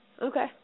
Okay